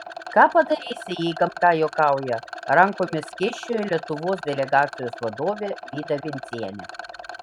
ką padarysi jei gamta juokauja rankomis skėsčiojo lietuvos delegacijos vadovė vida vencienė